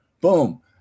boom